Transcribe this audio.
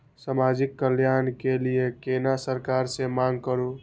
समाजिक कल्याण के लीऐ केना सरकार से मांग करु?